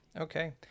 Okay